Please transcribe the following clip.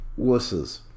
wusses